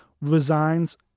resigns